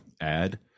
add